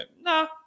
Nah